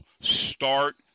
start